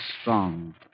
strong